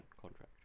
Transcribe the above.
contract